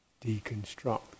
deconstruct